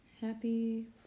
happy